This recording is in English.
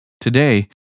Today